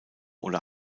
oder